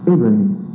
Abraham